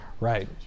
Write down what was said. right